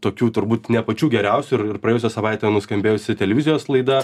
tokių turbūt ne pačių geriausių ir ir praėjusią savaitę nuskambėjusi televizijos laida